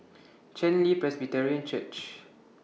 Chen Li Presbyterian Church